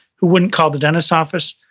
who wouldn't call the dentist office,